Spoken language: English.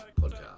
Podcast